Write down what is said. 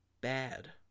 bad